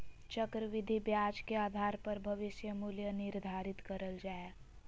चक्रविधि ब्याज के आधार पर भविष्य मूल्य निर्धारित करल जा हय